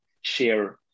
share